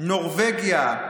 נורבגיה,